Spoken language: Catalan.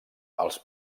els